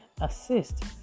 assist